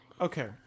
Okay